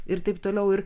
ir taip toliau ir